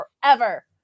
forever